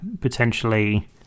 potentially